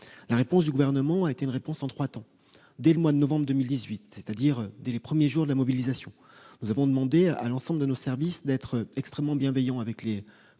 La réponse du Gouvernement s'est faite en trois temps. Dès le mois de novembre 2018, c'est-à-dire dès les premiers jours de la mobilisation, nous avons demandé à l'ensemble de nos services d'être extrêmement bienveillants envers les